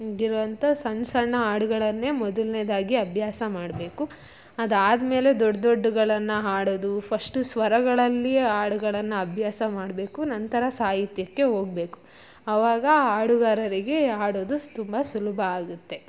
ಆಗಿರುವಂಥ ಸಣ್ಣ ಸಣ್ಣ ಹಾಡುಗಳನ್ನೇ ಮೊದಲ್ನೇದಾಗಿ ಅಭ್ಯಾಸ ಮಾಡಬೇಕು ಅದಾದ ಮೇಲೆ ದೊಡ್ಡ ದೊಡ್ದಗಳನ್ನ ಹಾಡೋದು ಫಸ್ಟು ಸ್ವರಗಳಲ್ಲಿ ಹಾಡುಗಳನ್ನು ಅಭ್ಯಾಸ ಮಾಡಬೇಕು ನಂತರ ಸಾಹಿತ್ಯಕ್ಕೆ ಹೋಗಬೇಕು ಅವಾಗ ಹಾಡುಗಾರರಿಗೆ ಹಾಡೋದು ತುಂಬ ಸುಲಭ ಆಗುತ್ತೆ